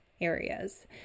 areas